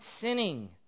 sinning